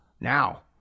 now